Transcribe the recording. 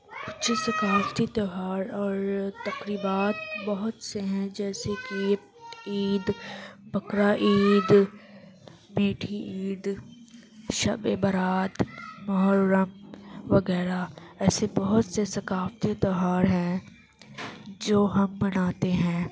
کچھ ثقافتی تیوہار اور تقریبات بہت سے ہیں جیسے کہ عید بقر عید میٹھی عید شبِ براؑت محرم وغیرہ ایسے بہت سے ثقافتی تیوہار ہیں جو ہم مناتے ہیں